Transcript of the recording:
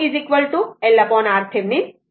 तर τ LRThevenin आहे आणि L 1 हेन्री आहे